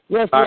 Yes